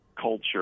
culture